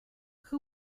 who